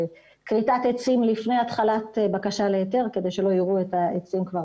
כריתת עצים לפני התחלת בקשה להיתר כדי שלא יראו את העצים כבר